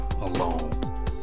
alone